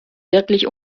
wirklich